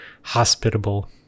hospitable